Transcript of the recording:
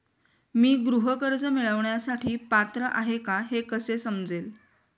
मी गृह कर्ज मिळवण्यासाठी पात्र आहे का हे कसे समजेल?